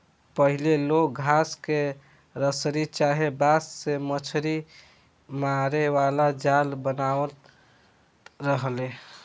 पहिले लोग घास के रसरी चाहे बांस से मछरी मारे वाला जाल बनावत रहले